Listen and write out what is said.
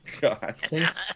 god